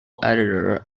editor